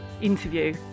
interview